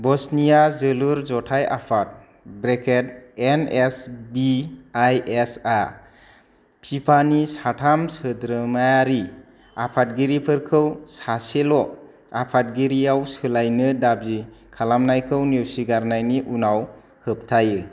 Bosnia जोलुर जथाइ आफाद N S B I H आ बिफानि साथाम सोद्रोमायारि आफादिरिफोरखौ सासेल' आफादगिरियाव सोलायनो दाबि खालामनायखौ नेवसिगारनायनि उनाव होबथायो